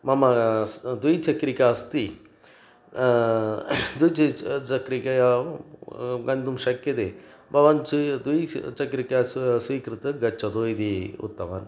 मम स् द्विचक्रिका अस्ति द्विचक्रिकया गन्तुं शक्यते भवान् च् द्विचक्रिका स स्वीकृत्य गच्छतु इति उक्तवान्